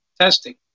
testing